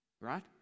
right